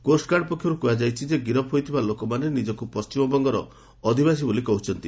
coast guard ପକ୍ଷରୁ କୁହାଯାଇଛି ଯେ ଗିରଫ ହୋଇଥିବା ଲୋକମାନେ ନିଜକୁ ପଶ୍ଚିମବଙ୍ଗର ଅଧିବାସୀ ବୋଲି କହୁଛନ୍ତି